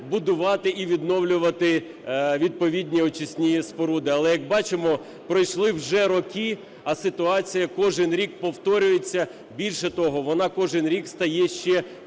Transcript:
і відновлювати відповідні очисні споруди. Але, як бачимо, пройшли вже роки, а ситуація кожен рік повторюється, більше того, вона кожен рік стає ще